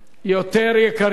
הם יותר יקרים.